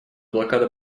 блокада